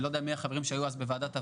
איני יודע מי היו חברים אז בוועדת העבודה,